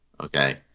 Okay